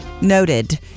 noted